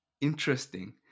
interesting